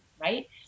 right